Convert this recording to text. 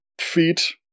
feet